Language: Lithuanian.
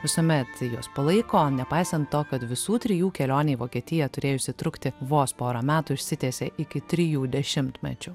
visuomet juos palaiko nepaisant to kad visų trijų kelionė į vokietiją turėjusi trukti vos porą metų išsitiesė iki trijų dešimtmečių